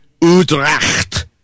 Utrecht